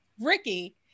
Ricky